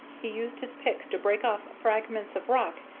he used his pick to break off fragments of rock,